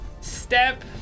step